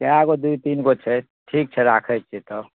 सहए एगो दू तीनगो छै ठीक छै राखैत छियै तब